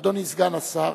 אדוני סגן השר,